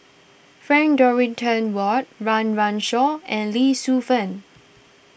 Frank Dorrington Ward Run Run Shaw and Lee Shu Fen